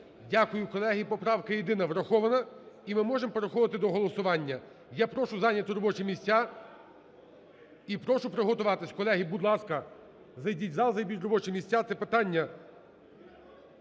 Дякую. Колеги, поправка єдина врахована і ми можемо переходити до голосування. Я прошу зайняти робочі місця і прошу приготуватись. Колеги, будь ласка, зайдіть в зал, займіть робочі місця. Це питання